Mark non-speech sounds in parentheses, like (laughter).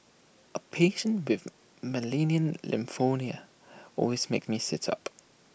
A patient with malignant (unintelligible) always makes me sit up